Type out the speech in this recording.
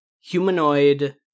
humanoid